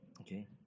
okay